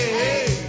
hey